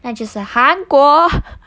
那就是韩国